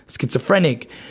schizophrenic